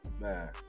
man